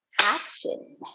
Action